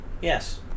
Yes